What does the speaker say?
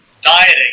dieting